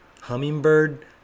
hummingbird